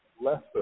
lesser